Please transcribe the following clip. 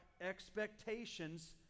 expectations